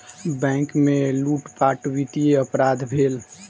bank में लूटपाट वित्तीय अपराध भेल